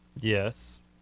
Yes